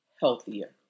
healthier